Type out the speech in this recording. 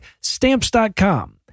Stamps.com